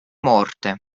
morte